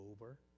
over